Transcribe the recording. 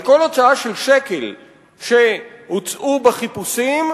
על כל הוצאה של שקל אחד שהוצאה בחיפושים,